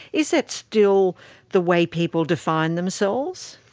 is that still the way people define themselves?